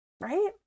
Right